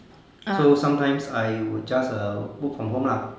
so sometimes I would just err work from home lah